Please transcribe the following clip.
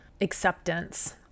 acceptance